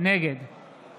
נגד